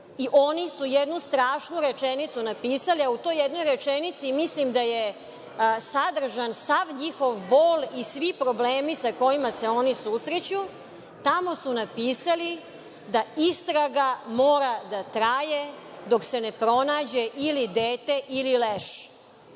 i oni su jednu strašnu rečenicu napisali, a u toj jednoj rečenici mislim da je sadržan sav njihov bol i svi problemi sa kojima se oni susreću. Tamo su napisali - da istraga mora da traje dok se ne pronađe ili dete ili leš.